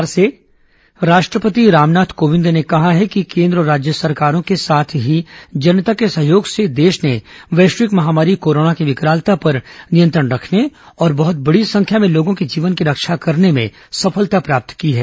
राष्ट्र पति अभिमाषण राष्ट्रपति रामनाथ कोविंद ने कहा है कि केन्द्र और राज्य सरकारों के साथ ही जनता के सहयोग से देश ने वैश्विक महामारी कोरोना की विकरालता पर नियंत्रण रखने और बहत बड़ी संख्या में लोगों के जीवन की रक्षा करने में सफलता प्राप्त की है